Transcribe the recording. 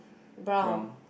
brown